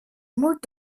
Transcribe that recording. moet